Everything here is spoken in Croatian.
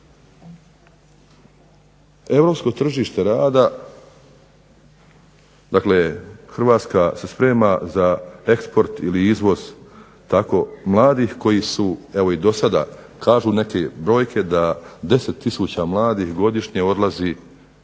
Europsko tržište rada, dakle Hrvatska se sprema za eksport ili izvoz tako mladih koji su evo i dosada kažu neke brojke da 10 tisuća mladih godišnje odlazi